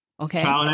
Okay